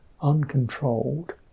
uncontrolled